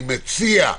אני מציע,